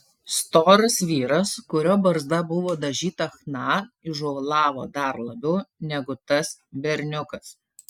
storas vyras kurio barzda buvo dažyta chna įžūlavo dar labiau negu tas berniukas